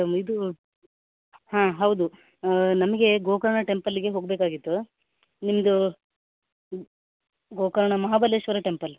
ಇದು ಹಾಂ ಹೌದು ನಮಗೆ ಗೋಕರ್ಣ ಟೆಂಪಲ್ಲಿಗೆ ಹೋಗಬೇಕಾಗಿತ್ತು ನಿಮ್ಮದು ಗೋಕರ್ಣ ಮಹಾಬಲೇಶ್ವರ ಟೆಂಪಲ್